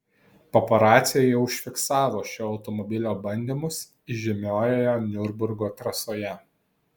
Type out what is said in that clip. paparaciai jau užfiksavo šio automobilio bandymus įžymiojoje niurburgo trasoje